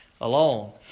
alone